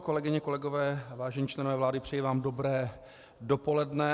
Kolegyně, kolegové, vážení členové vlády, přeji vám dobré dopoledne.